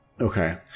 Okay